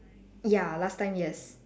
ya last time yes